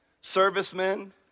servicemen